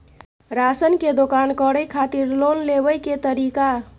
Ration के दुकान करै खातिर लोन लेबै के तरीका?